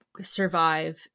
Survive